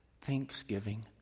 thanksgiving